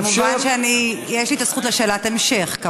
כמובן, יש לי זכות לשאלת המשך.